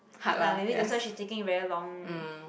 hard lah maybe that's why she thinking very long